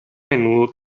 menudo